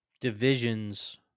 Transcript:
divisions